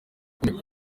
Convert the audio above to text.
ukomeye